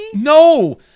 No